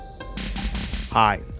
Hi